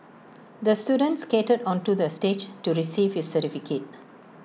the student skated onto the stage to receive his certificate